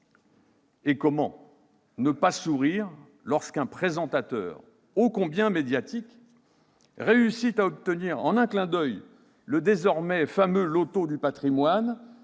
Comment ne pas sourire lorsqu'un présentateur, ô combien médiatique, réussit à obtenir en un clin d'oeil le désormais fameux loto du patrimoine,